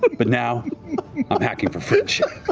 but but now i'm hacking for friendship.